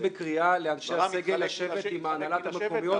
בקריאה לאנשי הסגל לשבת עם ההנהלות המקומיות.